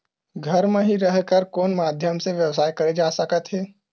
घर म हि रह कर कोन माध्यम से व्यवसाय करे जा सकत हे?